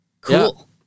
cool